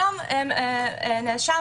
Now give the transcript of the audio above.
היום נאשם